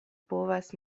povas